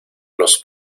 los